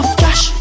cash